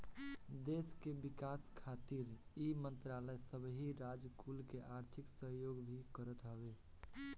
देस के विकास खातिर इ मंत्रालय सबही राज कुल के आर्थिक सहयोग भी करत हवे